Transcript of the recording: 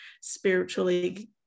spiritually